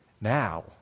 now